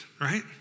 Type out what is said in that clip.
right